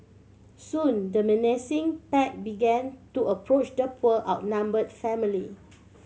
soon the menacing pack began to approach the poor outnumbered family